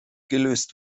gelöst